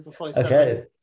okay